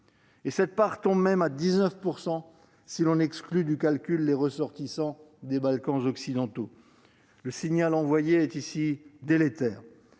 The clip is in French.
; cette proportion tombe même à 19 % si l'on exclut du calcul les ressortissants des Balkans occidentaux. Le signal envoyé est délétère